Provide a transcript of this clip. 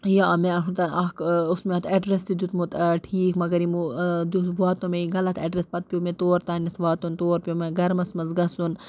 یا مےٚ اوتام اَکھ اوس مےٚ اَتھ اٮ۪ڈریس تہِ دیُتمُت ٹھیٖک مگر یِمو دیُت واتو مےٚ یہِ غلط اٮ۪ڈریس پَتہٕ پیو مےٚ تور تانٮ۪تھ واتُن تور پیٚو مےٚ گَرمَس منٛز گژھُن